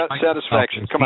satisfaction